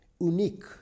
unique